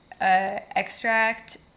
extract